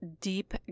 deep